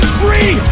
free